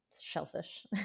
shellfish